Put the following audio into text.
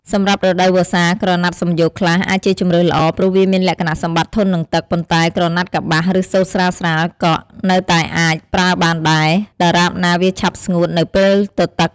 សម្រាប់រដូវវស្សា ក្រណាត់សំយោគខ្លះអាចជាជម្រើសល្អ ព្រោះវាមានលក្ខណៈសម្បត្តិធន់នឹងទឹក ប៉ុន្តែ ក្រណាត់កប្បាស ឬសូត្រស្រាលៗ ក៏នៅតែអាចប្រើបានដែរ ដរាបណាវាឆាប់ស្ងួតនៅពេលទទឹក។